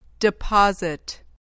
Deposit